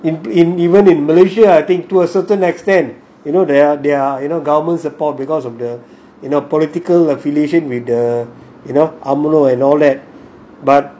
in in even in malaysia I think to a certain extent you know they're they're you know government support because of the in our political affiliation with the you know அவங்களும்:avangalum and all that